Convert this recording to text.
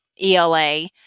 ELA